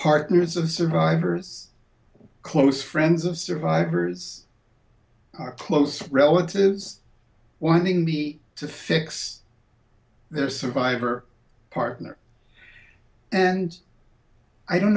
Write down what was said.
partners of survivors close friends of survivors or close relatives wanting be to fix their survivor partner and i don't